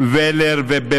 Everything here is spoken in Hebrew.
וגם לא אשכנזים וספרדים.